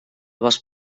bosc